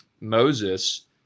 Moses